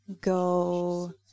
go